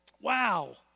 Wow